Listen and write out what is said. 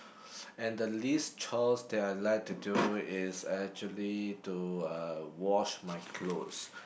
and the least chores that I like to do is actually to uh wash my clothes